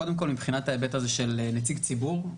קודם כל מבחינת ההיבט הזה של נציג ציבור.